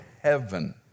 heaven